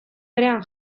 berean